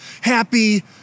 happy